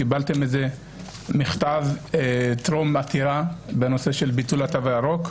קיבלתם מכתב טרום עתירה בנושא של ביטול התו הירוק.